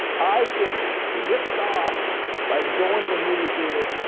i've been ripped off by going to the movie theater,